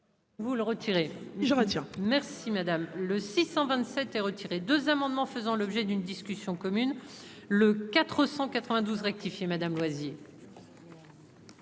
Vous le retirer, je voudrais dire merci madame le 627 et retirer 2 amendements faisant l'objet d'une discussion commune le 492 rectifié madame loisir.